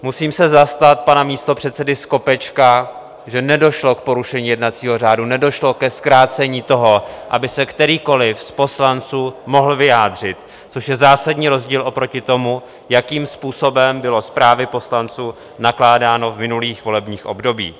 Musím se zastat pana místopředsedy Skopečka, že nedošlo k porušení jednacího řádu, nedošlo ke zkrácení toho, aby se kterýkoliv z poslanců mohl vyjádřit, což je zásadní rozdíl oproti tomu, jakým způsobem bylo s právy poslanců nakládáno v minulých volebních obdobích.